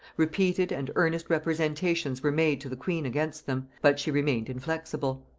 repeated and earnest representations were made to the queen against them, but she remained inflexible.